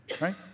Right